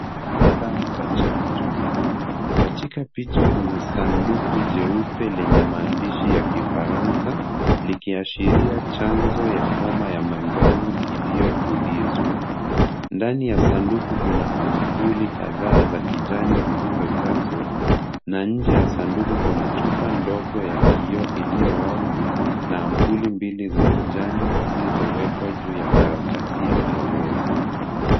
Bidhaa za chanjo. Katika picha kuna sanduku jeupe lenye maandishi ya kifaransa, likiashiria chanzo ya homa ya manjano iliyotulizwa. Ndani ya sanduku kuna ampuli kadhaa za kijani zilizojazwa na nje ya sanduku kuna chupa ndogo ya kioo iliyo wazi na ampuli mbili za kijani zilizowekwa juu ya karatasi ya maelezo.